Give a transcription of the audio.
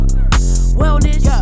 Wellness